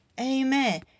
Amen